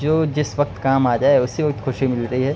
جو جس وقت کام آ جائے اسی وقت خوشی ملتی ہے